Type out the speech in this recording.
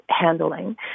handling